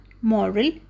Moral